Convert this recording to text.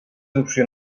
adopció